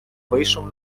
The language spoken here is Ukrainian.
вийшов